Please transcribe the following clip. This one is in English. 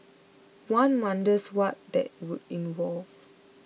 one wonders what that would involve